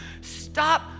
Stop